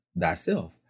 thyself